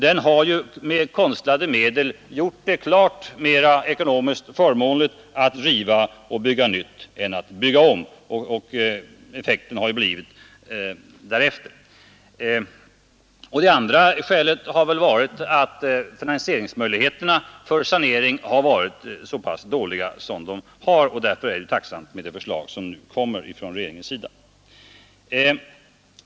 Den har ju med konstlade medel gjort det mera ekonomiskt förmånligt att riva och bygga nytt än att bygga om, och effekten har ju blivit därefter. Det andra skälet har väl varit att finansieringsmöjligheterna för sanering har varit så pass dåliga som de har varit, och därför är det tacknämligt med det förslag som nu kommer från regeringens sida.